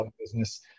business